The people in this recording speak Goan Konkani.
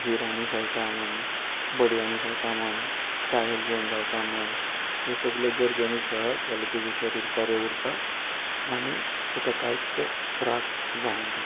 हिरानी खेळटा म्हण बडयांनी खेळटा म्हण टायर घेवन धांवता म्हण ह्यो सोगल्यो जर गेमी खेळत जाल्या तुजें शरीर बरें उरता आनी तुका कांयच त्रास जायना